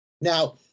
now